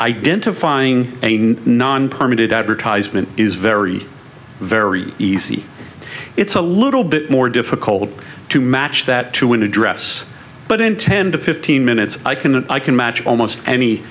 identifying non permitted advertisement is very very easy it's a little bit more difficult to match that to an address but in ten to fifteen minutes i can i can match almost any